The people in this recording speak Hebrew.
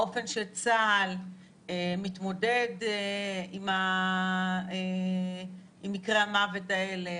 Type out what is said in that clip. האופן שצה"ל מתמודד עם מקרי המוות האלה,